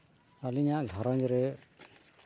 ᱟᱹᱞᱤᱧᱟᱜ ᱜᱷᱟᱨᱚᱸᱡᱽ ᱨᱮ